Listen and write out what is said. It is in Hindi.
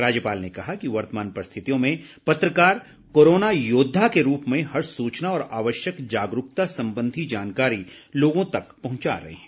राज्यपाल ने कहा कि वर्तमान परिस्थितियों में पत्रकार कोरोना योद्वा के रूप में हर सूचना और आवश्यक जागरूकता संबंधी जानकारी लोगों तक पहुंचा रहे हैं